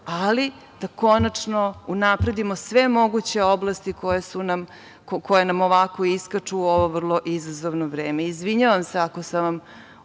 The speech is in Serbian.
ali da konačno unapredimo sve moguće oblasti koje nam ovako iskaču u ovo vrlo izazovno vreme. Izvinjavam se, ako sam vam